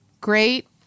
great